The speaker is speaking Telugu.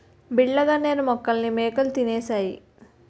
బిళ్ళ గన్నేరు మొక్కల్ని మేకలు తినేశాయి